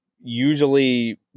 usually